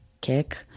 kick